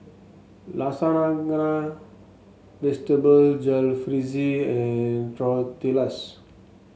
Lasagna Vegetable Jalfrezi and Tortillas